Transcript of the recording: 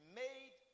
made